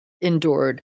endured